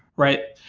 right?